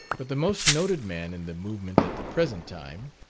but the most noted man in the movement at the present time,